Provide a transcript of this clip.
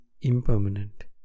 impermanent